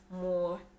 more